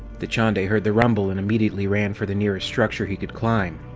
dachande heard the rumble and immediately ran for the nearest structure he could climb.